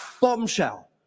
bombshell